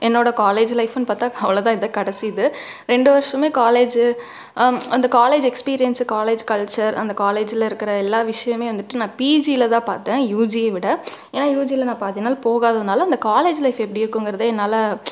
என்னோட காலேஜ் லைஃப்புன்னு பார்த்தா அவ்ளோதான் இதுதான் கடைசி இது ரெண்டு வருஷமே காலேஜ் அந்த காலேஜ் எக்ஸ்பீரியன்ஸ் காலேஜ் கல்ச்சர் அந்த காலேஜ்ல இருக்கிற எல்லா விஷயமே வந்துட்டு நான் பிஜிலதான் பார்த்தன் யுஜியை விட ஏன்னா யுஜில நான் பாதிநாள் போகாதனால அந்த காலேஜ் லைஃப் எப்படி இருக்குங்கிறது என்னால்